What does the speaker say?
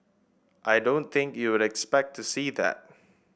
I don't think you'd expect to see that